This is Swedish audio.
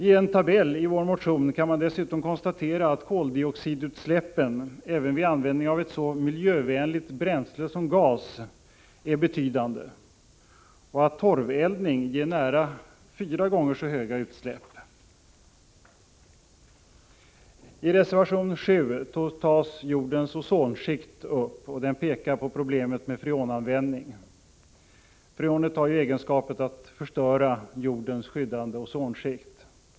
I en tabell i vår motion kan man dessutom konstatera att koldioxidutsläppen även vid användning av ett så miljövänligt bränsle som gas är betydande och att torveldning ger nära fyra gånger så höga utsläpp. I reservation 7 tas jordens ozonskikt upp. Man pekar i reservationen på problemet med freonanvändning. Freonet har egenskapen att förstöra jordens skyddande ozonskikt.